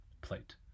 plate